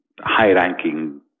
high-ranking